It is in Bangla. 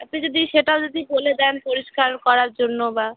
আপনি যদি সেটাও যদি বলে দেন পরিষ্কার করার জন্য বা